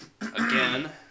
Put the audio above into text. again